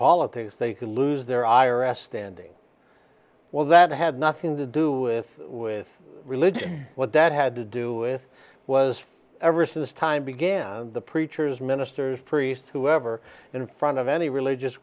politics they could lose their i r s standing well that had nothing to do with with religion what that had to do with was ever since time began the preachers ministers priests whoever in front of any religious